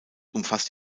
umfasst